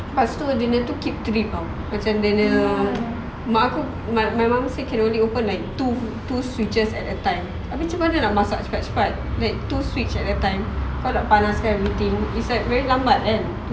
pastu engine dia keep trip ah macam dia punya mak aku my mum say can only open like two switches at a time abeh macam mana nak masak cepat-cepat like two switch at a time kalau nak panaskan it's like very lambat kan